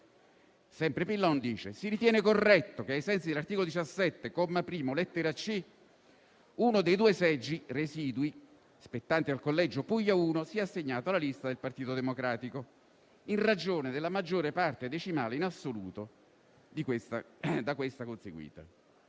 Sempre Pillon dice che «si ritiene corretto che, ai sensi dell'articolo 17, comma primo, lettera *c)*, uno dei due seggi residui spettante al collegio Puglia 01 sia assegnato alla lista del Partito Democratico, in ragione della maggiore parte decimale in assoluto da questa conseguita.